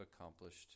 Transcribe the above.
accomplished